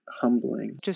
humbling